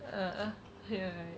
ah ya